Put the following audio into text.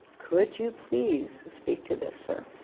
could you please speak to this sir